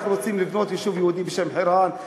אנחנו רוצים לבנות יישוב יהודי בשם חירן.